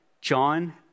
John